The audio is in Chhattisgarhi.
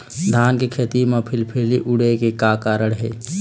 धान के खेती म फिलफिली उड़े के का कारण हे?